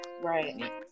right